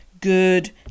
good